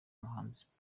umuhanzi